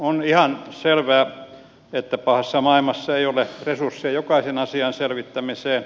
on ihan selvää että pahassa maailmassa ei ole resursseja jokaisen asian selvittämiseen